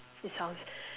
it sounds